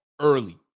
early